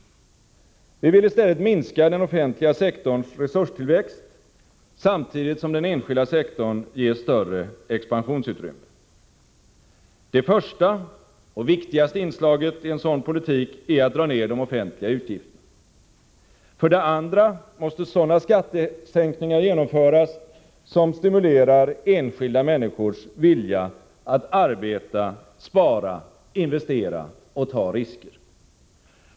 Vi vill i stället minska den offentliga sektorns resurstillväxt, samtidigt som den enskilda sektorn ges större expansionsutrymme. Det första och viktigaste inslaget i en sådan politik är att dra ned de offentliga utgifterna. För det andra måste sådana skattesänkningar genomföras som stimulerar enskilda människors vilja att arbeta, spara, investera och ta risker.